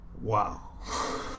Wow